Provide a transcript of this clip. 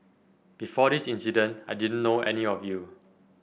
before this incident I didn't know any of you